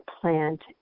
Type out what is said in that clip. plant